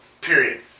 Period